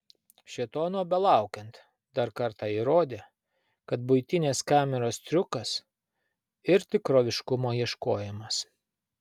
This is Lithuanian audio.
šėtono belaukiant dar kartą įrodė kad buitinės kameros triukas ir tikroviškumo ieškojimas